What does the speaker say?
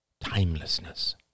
timelessness